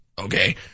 Okay